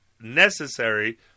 necessary